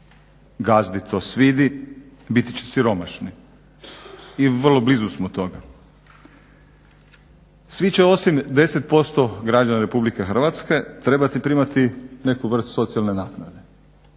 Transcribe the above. gazdi to svidi biti će siromašni. I vrlo blizu smo toga. Svi će osim 10% građana Republike Hrvatske trebati primati neku vrstu socijalne naknade.